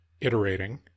iterating